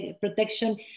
protection